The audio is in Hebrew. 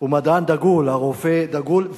הוא מדען דגול, הרופא, דגול.